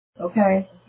Okay